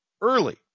early